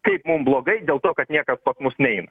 kaip mum blogai dėl to kad niekas pas mus neina